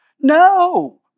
no